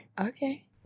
Okay